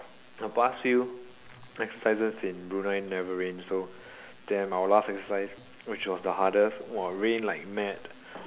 the past few exercises in Brunei never rain so damn our last exercise which was the hardest !wah! rained like mad